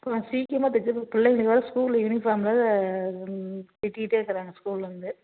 கொஞ்சம் சீக்கிரமா தைச்சு கொடுங்க பிள்ளைங்க வேறு ஸ்கூல் யூனிஃபார்ம் இல்லாம திட்டிட்டே இருக்கிறாங்க ஸ்கூல்லேருந்து